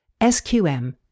SQM